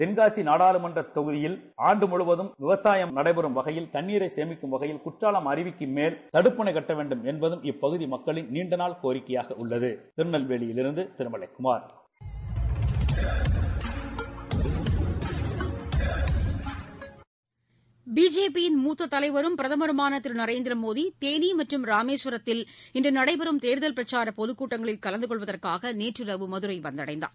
தென்காசிநாடாளுமன்றதொகுதியில்ஆண்டுமுழுவதும்விவ சாயம்நடைபெறும்வகையில்தண்ணீரைசேமிக்கும்வகையி ல்குற்றாலம்அருவிக்குமேல்தடுப்பனைகட்டவேண்டும்என்ப தும்இப்பகுதிமக்களின்நீண்டநாள்கோரிக்கையாகஉள்ளது பிஜேபியின் மூத்த தலைவரும் பிரதமருமான திரு நரேந்திர மோடி தேனி மற்றும் ராமேஸ்வரத்தில் இன்று நடைபெறும் தேர்தல் பிரச்சார பொதுக்கூட்டங்களில் கலந்து கொள்வதற்காக நேற்றிரவு மதுரை வந்தடைந்தார்